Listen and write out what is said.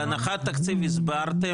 על הנחת תקציב הסברתם.